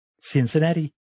Cincinnati